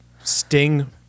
Sting